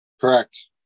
Correct